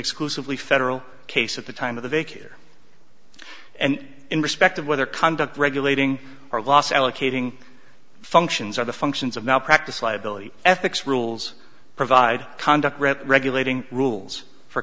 exclusively federal case at the time of the baker and in respect of whether conduct regulating or loss allocating functions or the functions of malpractise liability ethics rules provide conduct read regulating rules for